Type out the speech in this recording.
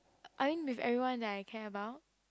I think with everyone that I care about